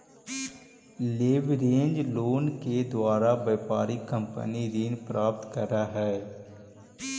leverage loan के द्वारा व्यापारिक कंपनी ऋण प्राप्त करऽ हई